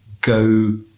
go